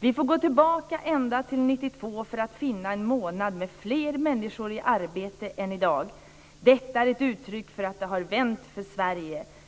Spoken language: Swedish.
Vi får gå tillbaka ända till 1992 för att finna en månad med fler människor i arbete än i dag. Detta är ett uttryck för att det har vänt för Sverige.